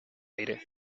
aire